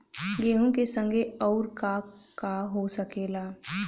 गेहूँ के संगे आऊर का का हो सकेला?